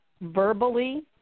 verbally